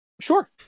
Sure